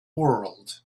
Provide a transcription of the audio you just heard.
world